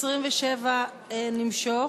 27 נמשוך,